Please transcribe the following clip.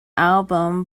album